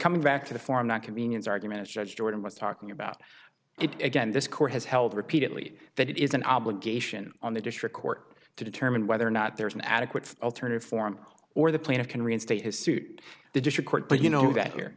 back to the form that convenience arguments judge jordan was talking about it again this court has held repeatedly that it is an obligation on the district court to determine whether or not there is an adequate alternative form or the plaintiff can reinstate his suit the district court but you know that here